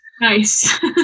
Nice